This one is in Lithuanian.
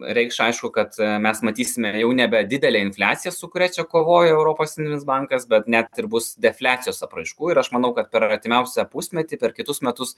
reikš aišku kad mes matysime jau nebe didelę infliaciją su kuria čia kovoja europos centrinis bankas bet net ir bus defliacijos apraiškų ir aš manau kad per artimiausią pusmetį per kitus metus